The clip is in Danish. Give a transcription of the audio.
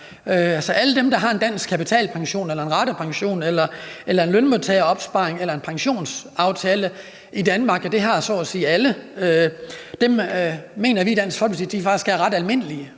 mennesker, der har en dansk kapitalpension eller en ratepension eller en lønmodtageropsparing eller en pensionsaftale i Danmark, og det er så at sige alle, mener vi i Dansk Folkeparti faktisk er ret almindelige,